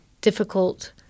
difficult